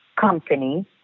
company